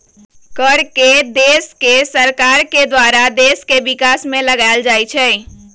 कर के देश के सरकार के द्वारा देश के विकास में लगाएल जाइ छइ